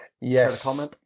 Yes